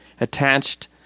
attached